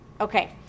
Okay